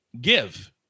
give